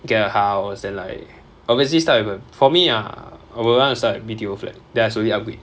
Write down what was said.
get a house then like obviously start with a for me ah I will want to start a B_T_O flat then I slowly upgrade